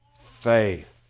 faith